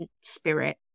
Spirit